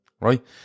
right